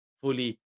fully